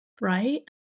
Right